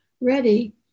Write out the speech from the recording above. ready